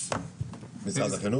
משרד החינוך?